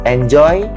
Enjoy